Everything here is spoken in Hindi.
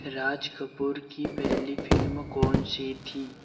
राज कपूर की पहली फ़िल्म कौन सी थी